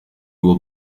will